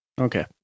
Okay